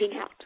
out